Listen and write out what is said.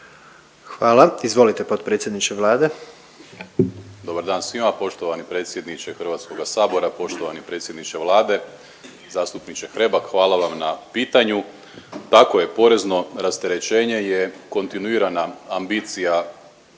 Hvala. Izvolite potpredsjedniče Vlade. **Primorac, Marko** Dobar dan svima! Poštovani predsjedniče Hrvatskoga sabora, poštovani predsjedniče Vlade, zastupniče Hrebak hvala vam na pitanju. Tako je, porezno rasterećenje je kontinuirana ambicija